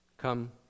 Come